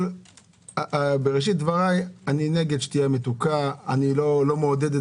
אז אני קודם כול אגיד את הגילוי נאות שלי: אני מייצג את עם ישראל,